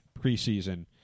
preseason